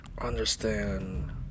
understand